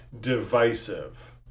divisive